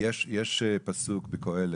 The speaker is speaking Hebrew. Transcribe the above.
יש פסוק בקהלת: